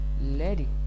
lady